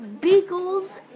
Beagle's